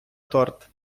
торт